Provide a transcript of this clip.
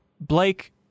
Blake